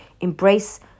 embrace